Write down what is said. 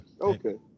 Okay